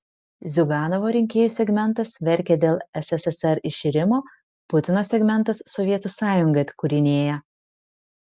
ziuganovo rinkėjų segmentas verkia dėl sssr iširimo putino segmentas sovietų sąjungą atkūrinėja